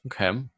Okay